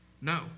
No